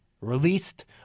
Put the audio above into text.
released